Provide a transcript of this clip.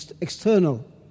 external